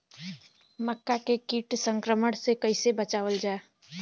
मक्का के कीट संक्रमण से कइसे बचावल जा?